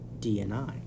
DNI